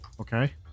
Okay